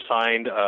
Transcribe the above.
signed –